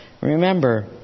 Remember